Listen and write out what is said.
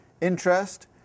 interest